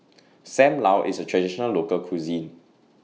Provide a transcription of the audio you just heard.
SAM Lau IS A Traditional Local Cuisine